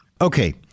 Okay